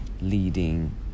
leading